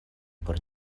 por